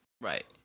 Right